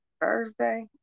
thursday